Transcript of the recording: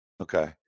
Okay